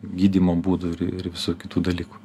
gydymo būdų ir visų kitų dalykų